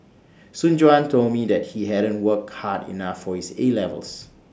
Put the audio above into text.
Soon Juan told me that he hadn't worked hard enough for his A levels